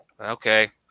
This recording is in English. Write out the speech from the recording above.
Okay